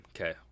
okay